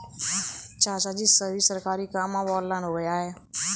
चाचाजी, सभी सरकारी काम अब ऑनलाइन हो गया है